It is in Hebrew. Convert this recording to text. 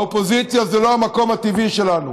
האופוזיציה זה לא המקום הטבעי שלנו,